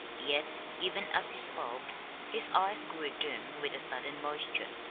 yet even as he spoke his eyes grew dim with a sudden moisture.